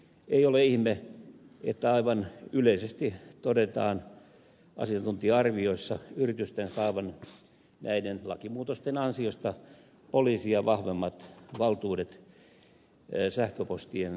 ei ole ihme että aivan yleisesti todetaan asiantuntija arvioissa yritysten saavan näiden lakimuutosten ansiosta poliisia vahvemmat valtuudet sähköpostien tunnistetietojen käsittelyyn